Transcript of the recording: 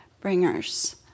bringers